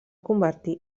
convertir